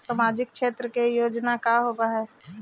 सामाजिक क्षेत्र के योजना का होव हइ?